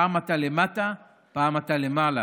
פעם אתה למטה, פעם אתה למעלה.